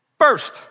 first